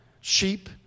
sheep